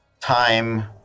time